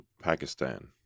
Pakistan